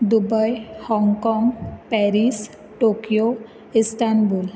Dubai Hong Kong Paris Tokyo Istanbul